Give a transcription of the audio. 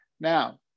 Now